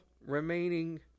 remaining